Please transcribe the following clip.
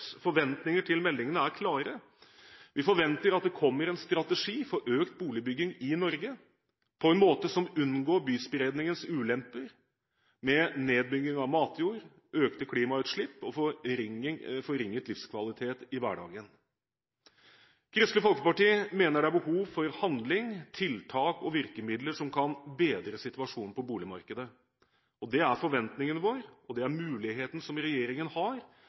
forventninger til meldingen er klare: Vi forventer at det kommer en strategi for økt boligbygging i Norge på en måte som unngår byspredningens ulemper, med nedbygging av matjord, økte klimautslipp og forringet livskvalitet i hverdagen. Kristelig Folkeparti mener det er behov for handling, tiltak og virkemidler som kan bedre situasjonen på boligmarkedet. Det er forventningen vår. Det er den muligheten som regjeringen har,